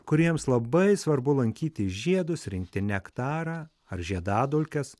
kuriems labai svarbu lankyti žiedus rinkti nektarą ar žiedadulkes